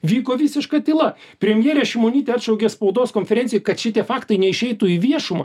vyko visiška tyla premjerė šimonytė atšaukė spaudos konferenciją kad šitie faktai neišeitų į viešumą